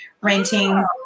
renting